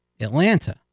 Atlanta